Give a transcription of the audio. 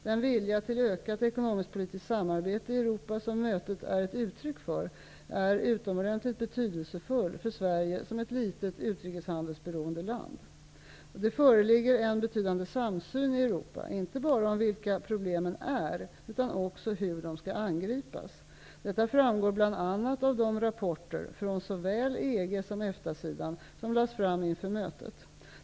Den vilja till ökat ekonomisk-politiskt samarbete i Europa, som mötet är ett uttryck för, är utomordentligt betydelsefull för Sverige som ett litet, utrikeshandelsberoende land. Det föreligger en betydande samsyn i Europa, inte bara om vilka problemen är, utan också om hur de skall angripas. Detta framgår bl.a. av de rapporter -- från såväl EG som EFTA-sidan -- som lades fram inför mötet.